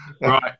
Right